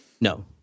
No